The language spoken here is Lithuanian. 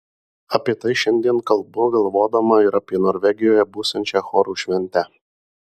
apie tai šiandien kalbu galvodama ir apie norvegijoje būsiančią chorų šventę